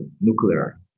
nuclear